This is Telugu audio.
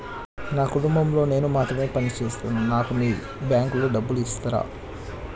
నా కుటుంబం లో నేను మాత్రమే పని చేస్తాను నాకు మీ బ్యాంకు లో డబ్బులు ఇస్తరా?